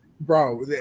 Bro